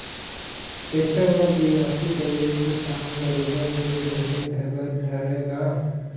tractor म बियासी करे के काम बरोबर नइ बने बर धरय गा